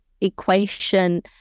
equation